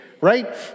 right